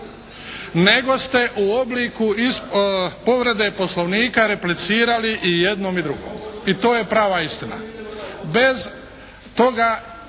nego ste u obliku povrede poslovnika replicirali i jednom i drugom, i to je prava istina.